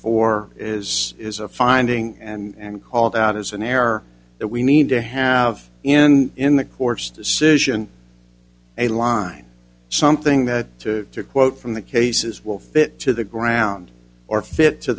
for is is a finding and called out as an error that we need to have in in the court's decision a line something that to quote from the cases will fit to the ground or fit to